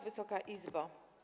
Wysoka Izbo!